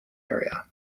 area